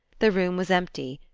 the room was empty,